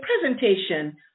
presentation